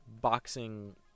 Boxing